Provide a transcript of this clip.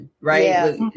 right